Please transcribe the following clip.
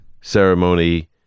ceremony